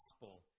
gospel